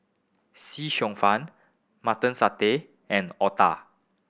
see cheong fun Mutton Satay and otah